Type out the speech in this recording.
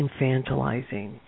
infantilizing